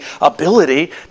ability